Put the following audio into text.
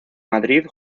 madrid